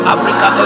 Africa